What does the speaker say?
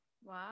¡Wow